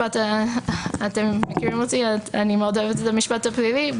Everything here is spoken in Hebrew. אני מאוד אוהבת את המשפט הפלילי,